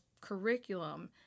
curriculum